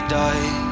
die